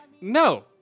no